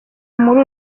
muri